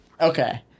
okay